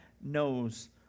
knows